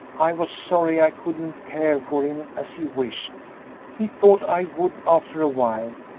i was sorry i couldn't care for him as he wished he thought i would after a while,